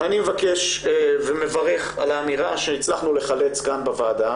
אני מבקש ומברך על האמירה שהצלחנו לחלץ כאן מהוועדה